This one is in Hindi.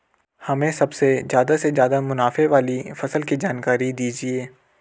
हमें सबसे ज़्यादा से ज़्यादा मुनाफे वाली फसल की जानकारी दीजिए